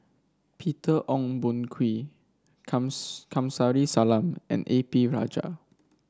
Peter Ong Boon Kwee Kamsari Salam and A P Rajah